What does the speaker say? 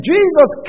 Jesus